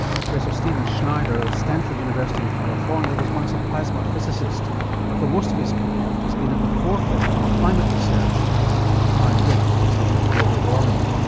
professor stephen schneider of stanford university in california was once a plasma physicist but for most of his career has been at the forefront of climate research and has pioneered the concept of global warming.